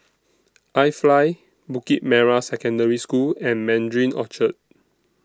IFly Bukit Merah Secondary School and Mandarin Orchard